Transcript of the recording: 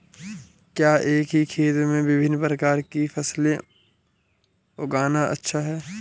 क्या एक ही खेत में विभिन्न प्रकार की फसलें उगाना अच्छा है?